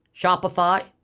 Shopify